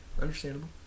understandable